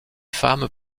femmes